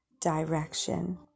direction